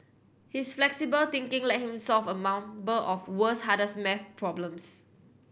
his flexible thinking led him solve a number of world's hardest maths problems